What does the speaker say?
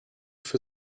für